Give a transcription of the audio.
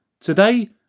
Today